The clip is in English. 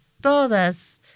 todas